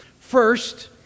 First